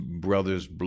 brothers